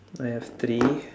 I have three